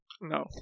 No